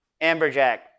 Amberjack